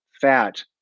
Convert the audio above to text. fat